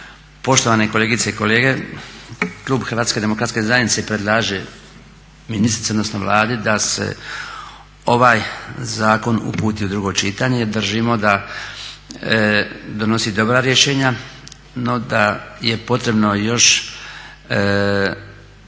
poštovane kolegice i kolege. Klub HDZ-a predlaže ministrici odnosno Vladi da se ovaj zakon uputi u drugo čitanje jer držimo da donosi dobra rješenja, no da je potrebno još